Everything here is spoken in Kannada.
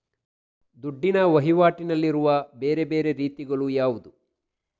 ದುಡ್ಡಿನ ವಹಿವಾಟಿನಲ್ಲಿರುವ ಬೇರೆ ಬೇರೆ ರೀತಿಗಳು ಯಾವುದು?